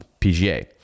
PGA